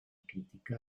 critica